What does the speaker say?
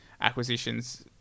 acquisitions